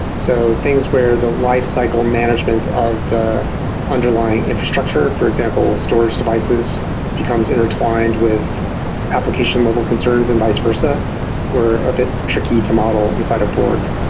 so things where the lifecycle management of the underlying infrastructure, for example storage devices becomes intertwined with application level concerns and vice versa were a bit tricky to model inside a borg